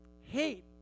Hate